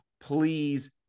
please